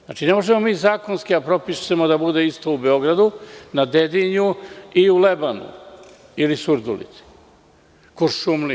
Znači, ne možemo mi zakonski da propišemo da bude isto u Beograd, na Dedinju i u Lebanu ili Surdulici, ili Kuršumliji.